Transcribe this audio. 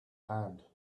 hand